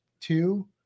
two